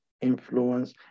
influence